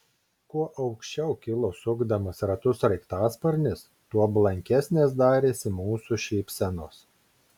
kuo aukščiau kilo sukdamas ratus sraigtasparnis tuo blankesnės darėsi mūsų šypsenos